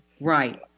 Right